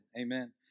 amen